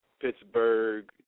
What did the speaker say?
Pittsburgh